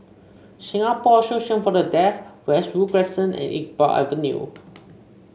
Singapore Association For The Deaf Westwood Crescent and Iqbal Avenue